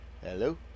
Hello